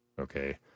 Okay